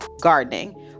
gardening